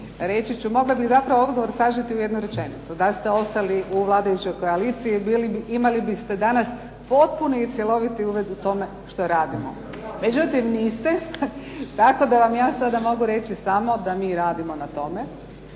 reći ću, mogla bih zapravo odgovor sažeti u jednu rečenicu. Da ste ostali u vladajućoj koaliciji, imali biste danas potpuni i cjeloviti uvid o tome što radimo. Međutim niste. Tako da vam ja mogu reći sada da mi radimo na tome.